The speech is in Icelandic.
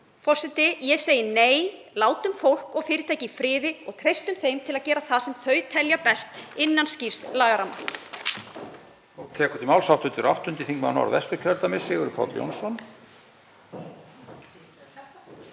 Forseti. Ég segi nei. Látum fólk og fyrirtæki í friði og treystum þeim til að gera það sem þau telja best, innan skýrs lagaramma.